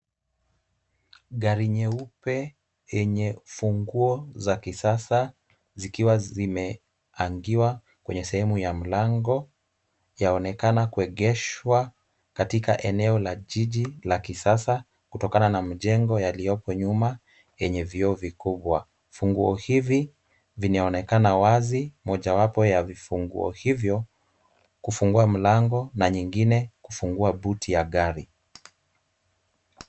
Gari nyeupe yenye funguo za kisasa zikiwa zimehangiwa kwenye sehemu ya mlango yaonekana kuegeshwa katika eneo la jiji la kisasa kutokana na mjengo yaliyopo nyuma yenye vioo vikubwa. Funguo hivi vinaonekana wazi, mojawapo ya vifunguo hivyo kufungua mlango na nyingine kufungua buti ya gari.